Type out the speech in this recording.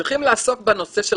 צריכים לעסוק בנושא של